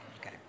Okay